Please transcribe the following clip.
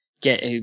get